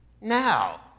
now